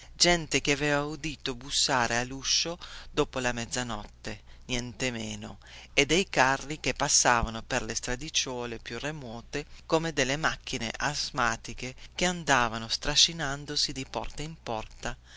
gente che aveva udito bussare alluscio dopo la mezzanotte comè vero dio e dei carri che passavano per le stradicciuole più remote come delle macchine asmatiche che andavano strascinandosi di porta in porta